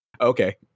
okay